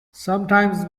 sometimes